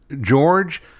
George